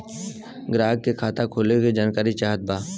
ग्राहक के खाता खोले के जानकारी चाहत बा?